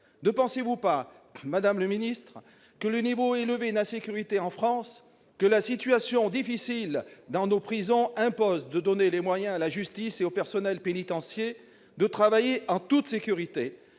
Ne pensez-vous pas, madame la garde des sceaux, que le niveau élevé d'insécurité en France et la situation difficile dans nos prisons imposent de donner les moyens à la justice et au personnel pénitentiaire de travailler en toute sécurité ?